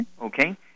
Okay